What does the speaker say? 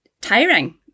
tiring